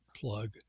plug